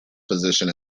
position